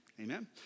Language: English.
Amen